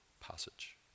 passage